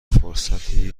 فرصتی